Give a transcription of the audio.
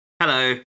Hello